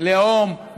לאום,